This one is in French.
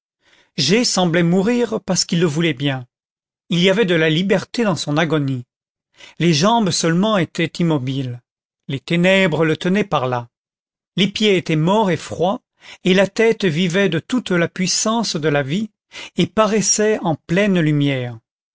g semblait mourir parce qu'il le voulait bien il y avait de la liberté dans son agonie les jambes seulement étaient immobiles les ténèbres le tenaient par là les pieds étaient morts et froids et la tête vivait de toute la puissance de la vie et paraissait en pleine lumière